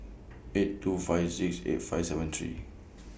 eight two five six eight five seven three